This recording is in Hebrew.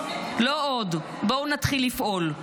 לא עוד, בואו נתחיל לפעול.